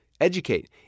Educate